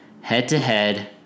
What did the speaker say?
Head-to-head